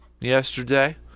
yesterday